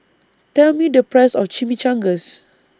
Tell Me The Price of Chimichangas